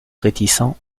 réticent